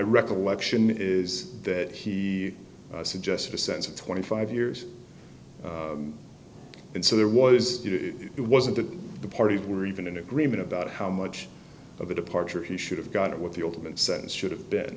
recollection is that he suggested a sense of twenty five years and so there was you know it wasn't that the parties were even in agreement about how much of a departure he should have got it what the ultimate sense should have been